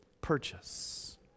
purchase